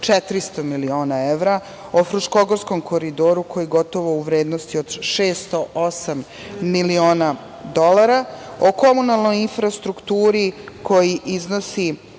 400 miliona evra, o Fruškogorskom koridoru koji je gotovo u vrednosti od 608 miliona dolara, o komunalnoj infrastrukturi koja iznosi